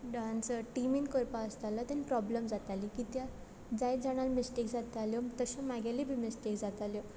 dance टिमीन करपा आसतालो तेन्ना प्रॉब्लम जाताली कित्या जायत जाणाल मिस्टेक जाताल्यो तशें करून म्हागेली बी मिस्टेक जाताल्यो